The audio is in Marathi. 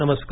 नमस्कार